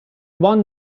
one